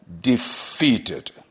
defeated